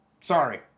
Sorry